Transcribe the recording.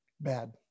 Bad